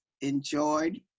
enjoyed